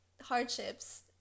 hardships